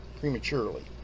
prematurely